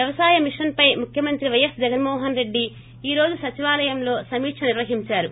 వ్యవసాయ మిషన్పై ముఖ్యమంత్రి పైఎస్ జగన్మోహన్రెడ్డి ఈ రోజు సచివాలయంలో సమీకక నిర్వహించారు